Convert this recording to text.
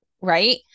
Right